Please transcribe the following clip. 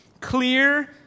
clear